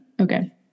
okay